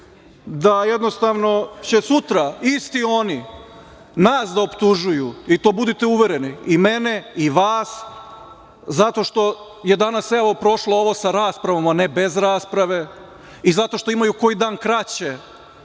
da jednostavno će sutra isti oni nas da optužuju i u to budite uvereni i mene i vas, zato što je danas evo prošlo ovo sa raspravom, a ne bez rasprave i zato što imaju koji dan kraće